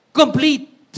complete